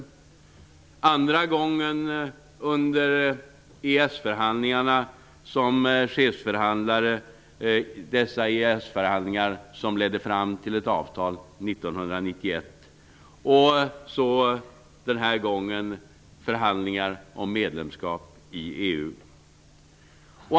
Den andra gången var jag chefsförhandlare under EEC-förhandlingarna, förhandlingar som ledde fram till ett avtal år 1991. Nu, den senaste gången, handlade min medverkan om medlemskap i EU.